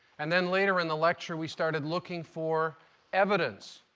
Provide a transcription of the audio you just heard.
and then later in the lecture we started looking for evidence.